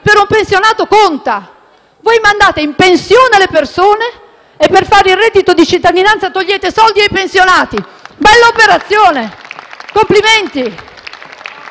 per un pensionato contano. Mandate in pensione le persone e per coprire il reddito di cittadinanza togliete soldi ai pensionati: bella operazione, complimenti!